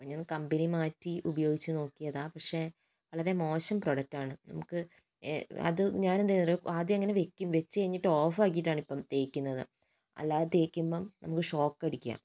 അപ്പ ഞാൻ കമ്പനി മാറ്റി ഉപയോഗിച്ച് നോക്കിയതാ പക്ഷെ വളരെ മോശം പ്രൊഡക്റ്റ് ആണ് നമുക്ക് അത് ഞാൻ എന്ത് ചെയ്തെന്നു അറിയുവോ ആദ്യം ഇങ്ങനെ വെയ്ക്കും വെച്ച് കഴിഞ്ഞിട്ട് ഓഫ് ആക്കീട്ടാണ് ഇപ്പം തേക്കുന്നത് അല്ലാതെ തേക്കുമ്പം നമക്ക് ഷോക്ക് അടിയ്ക്കും